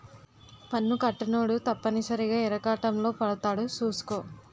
పన్ను కట్టనోడు తప్పనిసరిగా ఇరకాటంలో పడతాడు సూసుకో